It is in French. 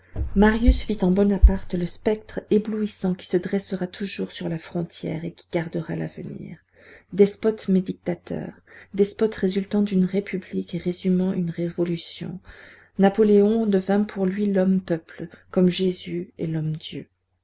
marius vit en bonaparte le spectre éblouissant qui se dressera toujours sur la frontière et qui gardera l'avenir despote mais dictateur despote résultant d'une république et résumant une révolution napoléon devint pour lui lhomme peuple comme jésus est